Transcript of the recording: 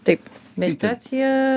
taip meditacija